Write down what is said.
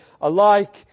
alike